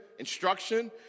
Instruction